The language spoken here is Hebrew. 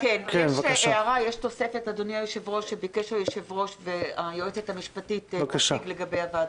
יש תוספת שביקשו היושב-ראש והיועצת המשפטית לגבי הוועדות.